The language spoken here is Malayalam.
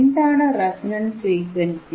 എന്താണ് റെസണന്റ് ഫ്രീക്വൻസി